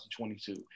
2022